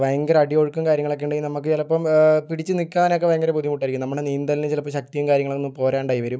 ഭയങ്കര അടിയൊഴുക്കും കാര്യങ്ങളൊക്കെ ഉണ്ടെങ്കിൽ നമ്മൾക്ക് ചിലപ്പോൾ പിടിച്ച് നിൽക്കാനൊക്കെ ഭയങ്കര ബുദ്ധിമുട്ടായിരിക്കും നമ്മളുടെ നീന്തലിന് ചിലപ്പോൾ ശക്തിയും കാര്യങ്ങളൊന്നും പോരാണ്ടായി വരും